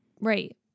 Right